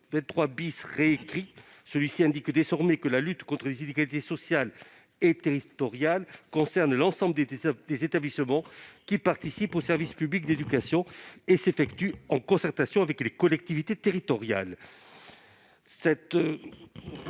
de l'article 24 qui précise désormais que la lutte contre les inégalités sociales et territoriales concerne l'ensemble des établissements qui participent au service public de l'éducation et s'effectue en concertation avec les collectivités territoriales.